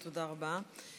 תודה רבה.